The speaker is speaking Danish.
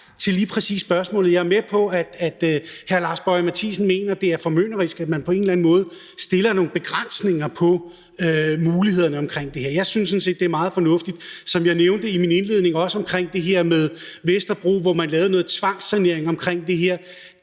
Jeg er med på, at hr. Lars Boje Mathiesen mener, at det er formynderisk, at man på en eller anden måde stiller nogle begrænsninger for mulighederne for det her. Jeg synes sådan set, det er meget fornuftigt. Jeg nævnte i min indledning også det her med Vesterbro, hvor man lavede noget tvangssanering, og der var